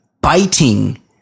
biting